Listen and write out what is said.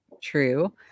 true